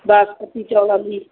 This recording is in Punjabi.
ਬਾਸਮਤੀ ਚੌਲਾਂ ਦੀ